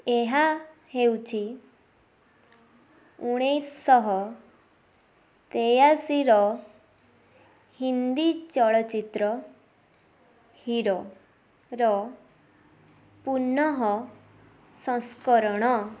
ଏହା ହେଉଛି ଉଣେଇଶ ଶହ ତେୟାଅଶୀର ହିନ୍ଦୀ ଚଳଚ୍ଚିତ୍ର ହିରୋର ପୁନଃ ସଂସ୍କରଣ